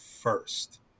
first